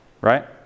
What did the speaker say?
Right